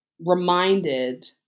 reminded